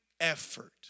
effort